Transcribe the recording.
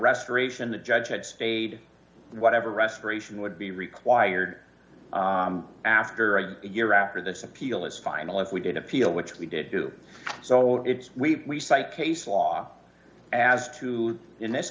restoration the judge had spayed whatever restoration would be required after a year after this appeal is final if we did appeal which we did do so it's we cite case law as to in this